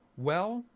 well,